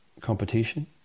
competition